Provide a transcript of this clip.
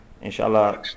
Inshallah